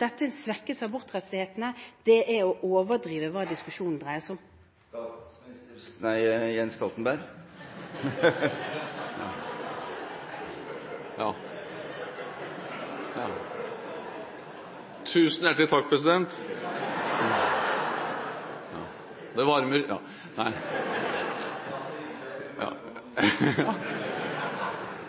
dette er en svekkelse av abortrettighetene er å overdrive hva diskusjonen dreier seg om. Statsminister – nei, representant Jens Stoltenberg. Tusen hjertelig takk, president. Det varmer!